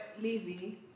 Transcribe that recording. Levy